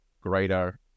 greater